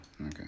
Okay